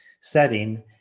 setting